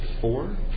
four